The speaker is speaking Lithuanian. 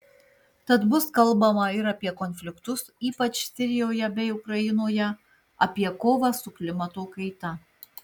tad bus kalbama ir apie konfliktus ypač sirijoje bei ukrainoje apie kovą su klimato kaita